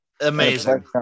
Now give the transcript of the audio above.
Amazing